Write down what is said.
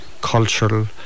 cultural